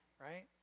right